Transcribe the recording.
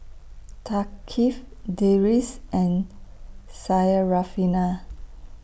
Thaqif Deris and Syarafina